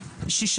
שישה.